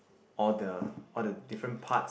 all the all the different parts